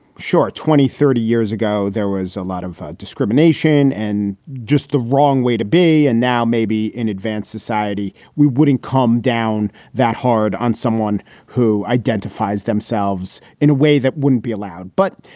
short twenty, thirty years ago, there was a lot of discrimination and just the wrong way to be. and now maybe in advanced society, we wouldn't come down that hard on someone who identifies themselves in a way that wouldn't be allowed. but,